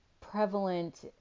prevalent